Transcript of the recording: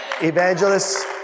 Evangelists